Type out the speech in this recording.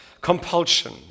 compulsion